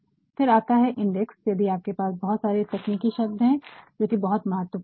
फिर आता है इंडेक्स यदि आपके पास बहुत सारे तकनीकी शब्द है जो कि बहुत महत्वपूर्ण है